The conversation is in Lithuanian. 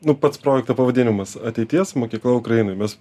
nu pats projekto pavadinimas ateities mokykla ukrainoj mes